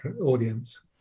audience